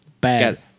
Bad